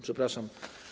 Przepraszam.